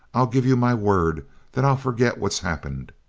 i'll give you my word that i'll forget what's happened.